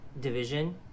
division